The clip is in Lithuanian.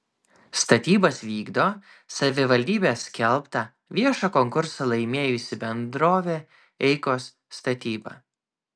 statybas vykdo savivaldybės skelbtą viešą konkursą laimėjusi bendrovė eikos statyba